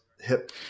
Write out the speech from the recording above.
Hip